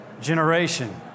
generation